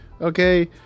Okay